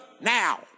now